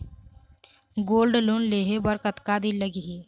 Gold loan लेहे बर कतका दिन लगही?